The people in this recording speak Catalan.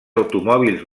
automòbils